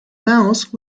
mouse